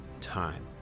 time